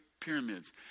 pyramids